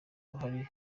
uruhare